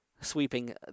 sweeping